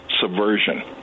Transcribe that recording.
subversion